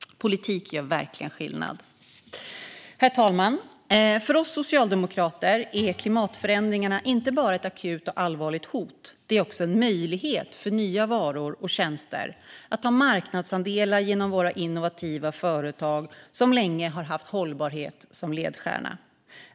Politik gör verkligen skillnad. Herr talman! För oss socialdemokrater är klimatförändringarna inte bara ett akut och allvarligt hot. De är också en möjlighet att genom nya varor och tjänster ta marknadsandelar för våra innovativa företag som länge haft hållbarhet som ledstjärna.